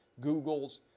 Googles